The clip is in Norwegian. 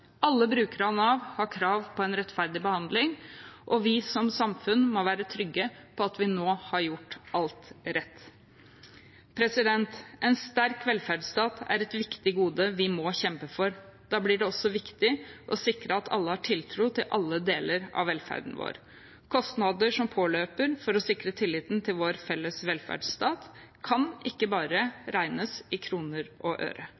Alle brukere av Nav har krav på en rettferdig behandling, og vi som samfunn må være trygge på at vi nå har gjort alt rett. En sterk velferdsstat er et viktig gode vi må kjempe for. Da blir det også viktig å sikre at alle har tiltro til alle deler av velferden vår. Kostnader som påløper for å sikre tilliten til vår felles velferdsstat, kan ikke bare regnes i kroner og øre.